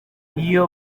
iyo